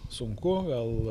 sunku gal